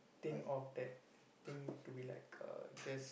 think of that thing to be like uh just